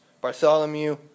Bartholomew